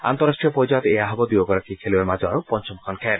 আন্তঃৰাষ্ট্ৰীয় পৰ্যায়ত এইয়া হ'ব দুয়োগৰাকী খেলুৱৈৰ মাজৰ পঞ্চমখন খেল